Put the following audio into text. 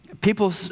People